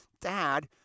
Dad